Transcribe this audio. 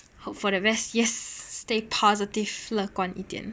hope for the best yes stay positive 乐观一点